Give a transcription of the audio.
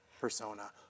persona